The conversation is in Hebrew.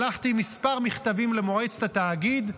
שלחתי מספר מכתבים למועצת התאגיד,